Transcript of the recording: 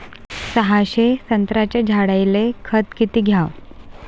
सहाशे संत्र्याच्या झाडायले खत किती घ्याव?